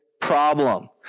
problem